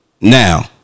Now